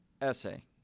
essay